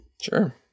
Sure